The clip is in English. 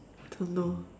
I don't know